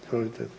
Izvolite.